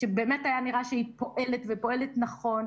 שבאמת היה נראה שהיא פועלת, ופועלת נכון: